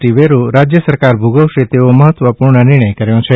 T વેરો રાજ્ય સરકાર ભોગવશે તેવો મહત્વપૂર્ણ નિર્ણય કર્યો છે